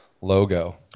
logo